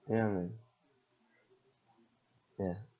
ya eh ya